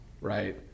right